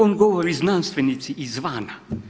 On govori znanstvenici izvana.